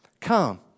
Come